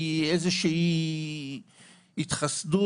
היא איזושהי התחסדות,